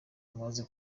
mumaze